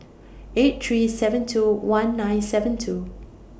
eight three seven two one nine seven two